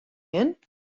hin